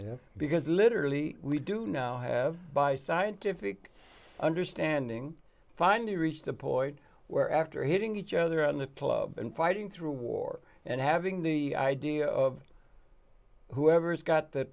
because literally we do now have by scientific understanding finally reached the point where after hitting each other on the club and fighting through war and having the idea of whoever's got th